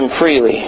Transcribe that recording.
freely